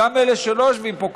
גם אלה שלא יושבים פה כרגע,